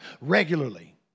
regularly